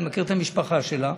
מכיר את המשפחה שלה.